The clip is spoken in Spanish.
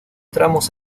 tramos